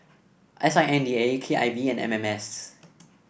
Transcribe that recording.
S I N D A K I V and M M S